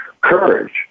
Courage